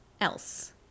else